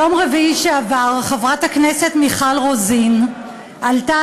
ביום רביעי שעבר חברת הכנסת מיכל רוזין עלתה